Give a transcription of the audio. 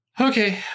Okay